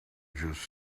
just